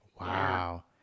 Wow